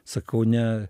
sakau ne